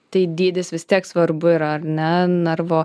tai dydis vis tiek svarbu yra ar ne narvo